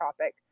topic